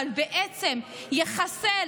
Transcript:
אבל בעצם יחסל,